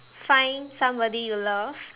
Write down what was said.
find somebody you love